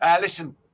Listen